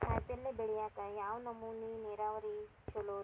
ಕಾಯಿಪಲ್ಯ ಬೆಳಿಯಾಕ ಯಾವ್ ನಮೂನಿ ನೇರಾವರಿ ಛಲೋ ರಿ?